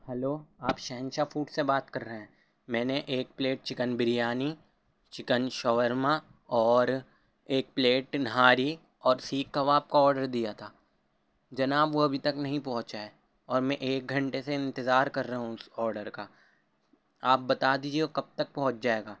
hello آپ Shahenshah food سے بات کر رہے ہیں میں نے ایک plate chicken biryani chicken shawarma اور ایک پلیٹ نہاری اور سیخ کواب کا آڈر دیا تھا جناب وہ ابھی تک نہیں پہنچا ہے اور میں ایک گھنٹے سے انتظار کر رہا ہوں اس آڈر کا آپ بتا دیجیے وہ کب تک پہنچ جائے گا